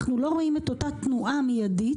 אנחנו לא רואים את אותה תנועה מיידית